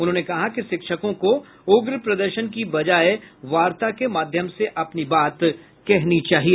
उन्होंने कहा कि शिक्षकों को उग्र प्रदर्शन की बजाय वार्ता के माध्यम से अपनी बात कहनी चाहिए